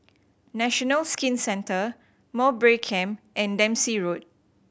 National Skin Centre Mowbray Camp and Dempsey Road